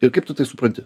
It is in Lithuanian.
ir kaip tu tai supranti